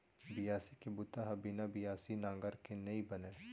बियासी के बूता ह बिना बियासी नांगर के नइ बनय